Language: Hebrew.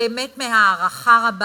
באמת מהערכה רבה